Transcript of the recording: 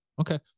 Okay